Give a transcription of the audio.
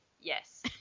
yes